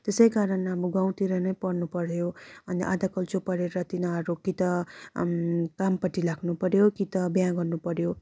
त्यसै कारण अब गाउँतिर नै पढ्नु पर्यो अनि आधाकल्चो पढेर तिनीहरू कि त कामपटि लाग्नुपर्यो कि त बिहा गर्नुपर्यो